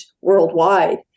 worldwide